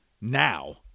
now